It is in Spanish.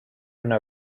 una